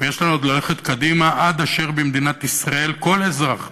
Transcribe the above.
ויש לנו עוד ללכת קדימה עד אשר במדינת ישראל כל אזרח,